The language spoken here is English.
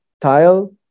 tile